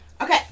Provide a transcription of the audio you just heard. Okay